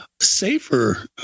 safer